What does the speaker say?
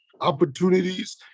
opportunities